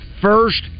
First